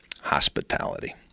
hospitality